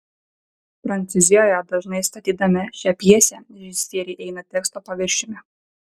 prancūzijoje dažnai statydami šią pjesę režisieriai eina teksto paviršiumi